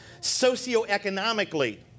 socioeconomically